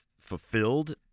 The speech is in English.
fulfilled